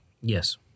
Yes